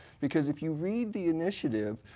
because if you read the initiative,